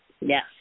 Yes